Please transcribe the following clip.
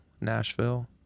nashville